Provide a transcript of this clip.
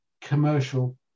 commercial